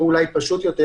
או אולי פשוט יותר,